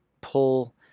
pull